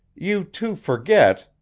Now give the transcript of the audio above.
you too forget,